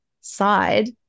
side